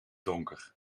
donker